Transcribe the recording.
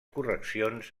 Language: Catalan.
correccions